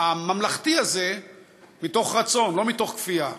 הממלכתי הזה מתוך רצון, לא מתוך כפייה.